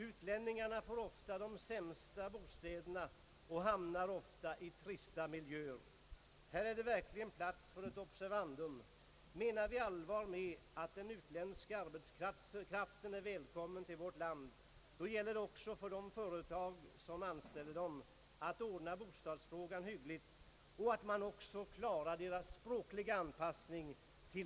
Utlänningarna får ofta de sämsta bostäderna och hamnar i trista miljöer. Här är det verkligen plats för ett observandum: Menar vi allvar med att den utländska arbetskraften är välkommen till vårt land, då gäller det också för de företag som anställer den att ordna bostadsfrågan hyggligt och att även klara dess språkliga anpassning.